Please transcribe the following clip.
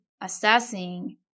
assessing